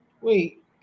Wait